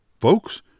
Folks